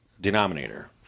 denominator